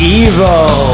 evil